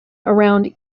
around